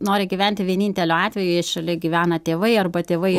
nori gyventi vieninteliu atveju jei šalia gyvena tėvai arba tėvai